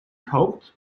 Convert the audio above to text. thought